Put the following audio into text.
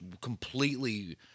completely